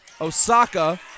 Osaka